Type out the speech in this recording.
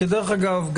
דרך אגב,